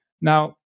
Now